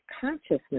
consciousness